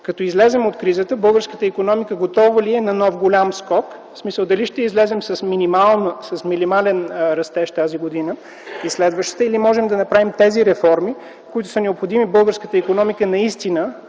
като излезем от кризата българската икономика готова ли е на нов голям скок, в смисъл дали ще излезем с минимален растеж тази година и следващата, или можем да направим тези реформи, които са необходими и българската икономика и тя